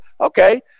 Okay